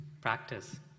Practice